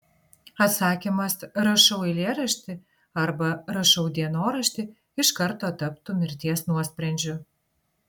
atsakymas rašau eilėraštį arba rašau dienoraštį iš karto taptų mirties nuosprendžiu